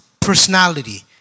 personality